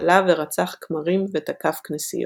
כלא ורצח כמרים ותקף כנסיות.